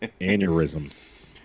aneurysm